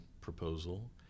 proposal